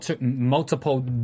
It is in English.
multiple